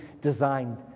designed